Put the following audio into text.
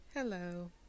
Hello